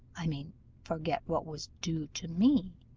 i mean forget what was due to me,